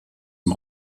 dem